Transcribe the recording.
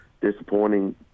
disappointing